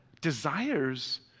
desires